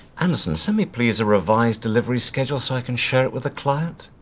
anderson, send me, please, a revised delivery schedule, so i can share it with the client.